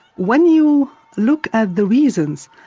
when you look at the reasons,